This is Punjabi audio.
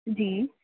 ਜੀ